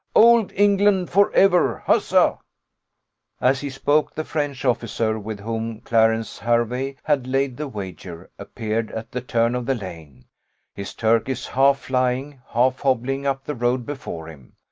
old england for ever, huzza as he spoke, the french officer, with whom clarence hervey had laid the wager, appeared at the turn of the lane his turkeys half flying half hobbling up the road before him.